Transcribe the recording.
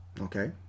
okay